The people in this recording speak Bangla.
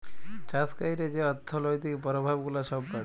চাষ ক্যইরে যে অথ্থলৈতিক পরভাব গুলা ছব পড়ে